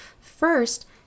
First